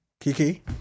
Kiki